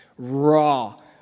raw